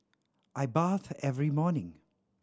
I bathe every morning